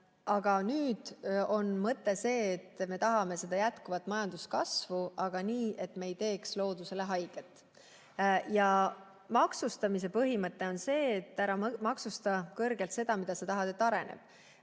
Nüüd on mõte see, et me tahame jätkuvat majanduskasvu, aga nii, et me ei teeks loodusele haiget. Ja maksustamise põhimõte on see: ära maksusta kõrgelt seda, mida sa tahad, et areneb,